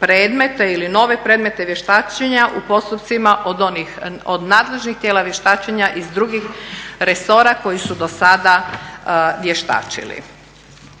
predmete ili nove predmete vještačenja u postupcima od nadležnih tijela vještačenja iz drugih resora koji su do sada vještačili.